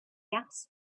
gas